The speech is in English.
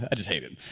ah just hate it.